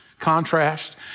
contrast